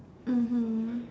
mmhmm